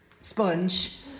sponge